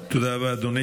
תודה רבה, אדוני.